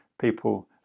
people